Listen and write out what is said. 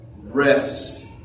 rest